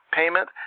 payment